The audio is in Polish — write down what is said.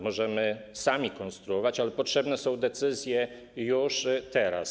Możemy sami konstruować, ale potrzebne są decyzje już teraz.